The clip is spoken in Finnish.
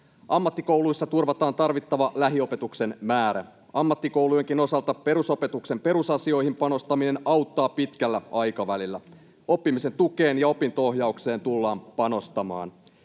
Ammattikouluissa turvataan tarvittava lähiopetuksen määrä. Ammattikoulujenkin osalta perusopetuksen perusasioihin panostaminen auttaa pitkällä aikavälillä. Oppimisen tukeen ja opinto-ohjaukseen tullaan panostamaan.